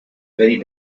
very